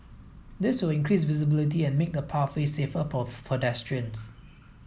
this will increase visibility and make the pathway safer for pedestrians